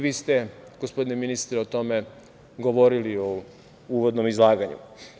Vi ste, gospodine ministre, o tome govorili u uvodnom izlaganju.